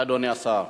אדוני השר,